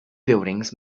buildings